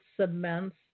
cements